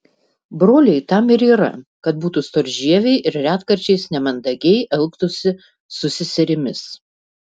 broliai tam ir yra kad būtų storžieviai ir retkarčiais nemandagiai elgtųsi su seserimis